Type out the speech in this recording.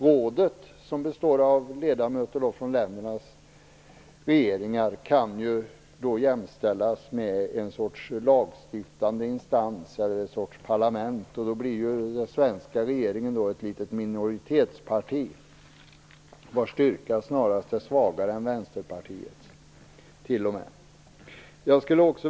Rådet, som består av ledamöter från ländernas regeringar, kan jämställas med en sorts lagstiftande instans eller en sorts parlament. Då blir den svenska regeringen ett litet minoritetsparti vars styrka snarast är svagare än t.o.m. Vänsterpartiets.